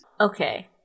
Okay